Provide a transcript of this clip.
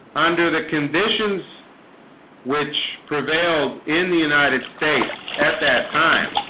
under the conditions which prevailed in the united states at that time